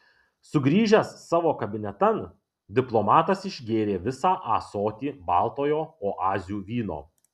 sugrįžęs savo kabinetan diplomatas išgėrė visą ąsotį baltojo oazių vyno